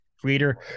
creator